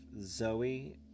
zoe